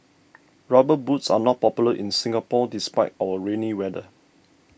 rubber boots are not popular in Singapore despite our rainy weather